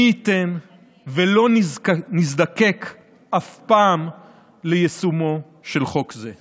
מי ייתן שלא נזדקק אף פעם ליישומו של חוק זה.